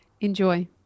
Enjoy